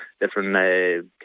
different